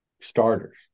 Starters